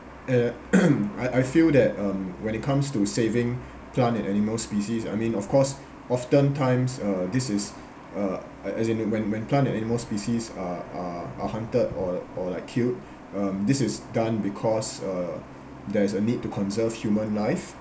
uh I I feel that um when it comes to saving plant and animal species I mean of course often times uh this is uh a~ as in when when plant and animal species are are are hunted or or like killed um this is done because uh there is a need to conserve human life